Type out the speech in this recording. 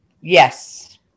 Yes